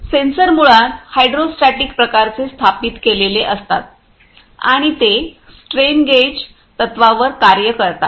sensor मुळात hydrostatic प्रकारचे स्थापित केलेले असतात आणि ते स्ट्रेन गेज तत्त्वांवर कार्य करतात